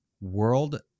world